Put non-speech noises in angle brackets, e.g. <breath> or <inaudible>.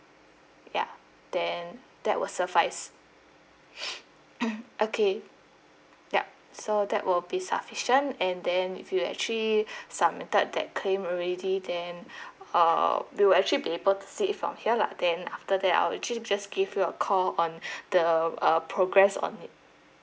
ya then that will suffice <noise> okay yup so that will be sufficient and then if you actually submitted that claim already then uh we will actually be able to see it from here lah then after that I'll actually just give you a call on <breath> the uh progress on it